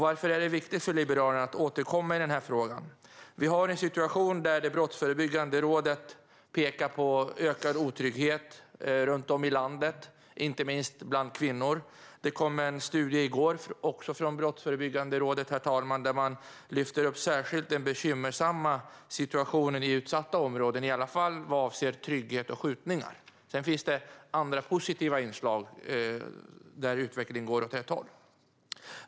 Varför är det viktigt för Liberalerna att återkomma i den här frågan? Jo, vi har en situation där Brottsförebyggande rådet pekar på ökad otrygghet runt om i landet, inte minst bland kvinnor. Det kom en studie i går, också från Brottsförebyggande rådet, där man särskilt lyfter fram den bekymmersamma situationen i utsatta områden i alla fall vad avser otrygghet och skjutningar. Sedan finns det andra, positiva inslag där utvecklingen går åt rätt håll.